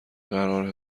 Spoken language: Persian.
قرار